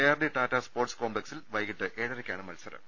RD Tata sports കോംപ്ലക്സിൽ വൈകീട്ട് എഴരക്കാണ് മത്സരം